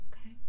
Okay